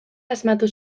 asmatu